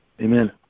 Amen